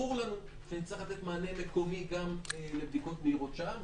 ברור לנו שנצטרך לתת מענה מקומי גם לבדיקות מהירות שם,